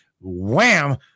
Wham